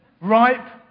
ripe